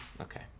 Okay